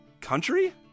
Country